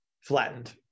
flattened